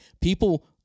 People